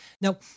Now